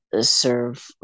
serve